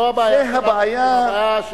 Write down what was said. הבעיה של